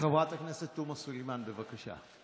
חברת הכנסת תומא סלימאן, בבקשה.